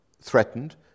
threatened